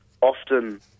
often